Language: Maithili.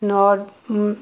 आओर